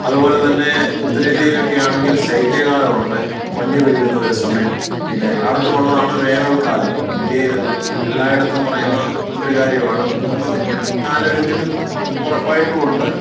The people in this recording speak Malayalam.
അതുപോലെ തന്നെ ഉത്തരേന്ത്യയിലോക്കെ ആണെങ്കിൽ ശൈത്യകാലം ഉണ്ട് മഞ്ഞ് വീഴുന്നൊരു സമയം പിന്നെ എല്ലായിടത്തും ഉള്ളതാണ് വേനൽകാലം ഇന്ത്യയിൽ എല്ലായിടത്തും പറയുന്ന ഒരു കാര്യമാണ് മൂന്ന് കാലമെങ്കിലും ഉറപ്പായിട്ടും ഉണ്ട്